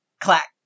clack